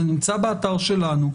זה נמצא באתר שלנו,